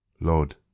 Lord